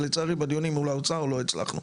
ולצערי בדיונים מול האוצר לא הצלחנו.